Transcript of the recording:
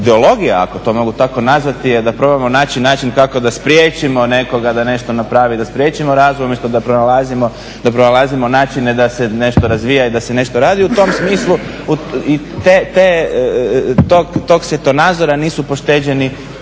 ideologija ako to mogu tako nazvati je da probamo naći način kako da spriječimo nekoga da nešto napravi, da spriječimo …/Govornik se ne razumije./… umjesto da pronalazimo načine da se nešto razvija i da se nešto radi. U tom smislu tog svjetonazora nisu pošteđeni